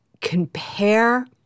compare